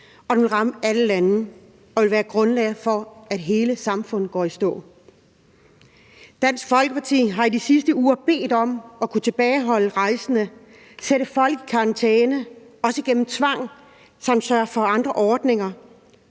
den vil ramme alle lande og vil være grundlaget for, at hele samfund går i stå. Dansk Folkeparti har i de sidste uger bedt om, at man kunne tilbageholde rejsende, sætte folk i karantæne, også igennem tvang, samt sørge for andre ordninger,